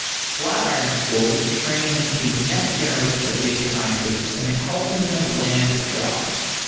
flatiron school is training the next generation of data scientists and helping them land jobs.